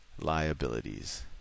liabilities